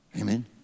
Amen